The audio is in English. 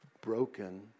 broken